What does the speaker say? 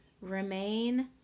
Remain